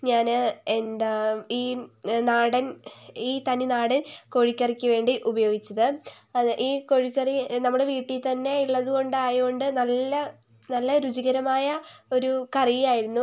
ഞാന് എന്താ ഈ നാടൻ ഈ തനിനാടൻ കോഴിക്കറിക്കു വേണ്ടി ഉപയോഗിച്ചത് അതെ ഈ കോഴിക്കറി നമ്മുടെ വീട്ടിൽത്തന്നെ ഉള്ളതുകൊണ്ട് ആയതുകൊണ്ട് നല്ല നല്ല രുചികരമായ ഒരു കറിയായിരുന്നു